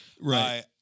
Right